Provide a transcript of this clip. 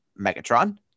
Megatron